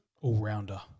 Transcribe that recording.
All-rounder